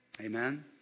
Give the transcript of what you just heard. Amen